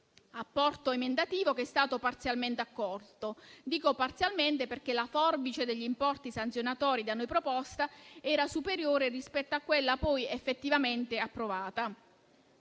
L'apporto emendativo è stato parzialmente accolto: dico «parzialmente» perché la forbice degli importi sanzionatori da noi proposta era superiore rispetto a quella poi effettivamente approvata.